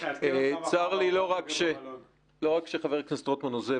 צר לי לא רק שחבר הכנסת רוטמן עוזב,